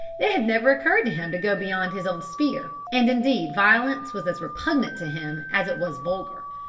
it had never occurred to him to go beyond his own sphere, and indeed violence was as repugnant to him as it was vulgar.